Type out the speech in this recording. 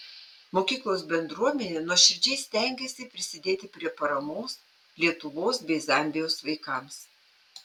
mokyklos bendruomenė nuoširdžiai stengėsi prisidėti prie paramos lietuvos bei zambijos vaikams